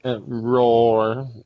Roar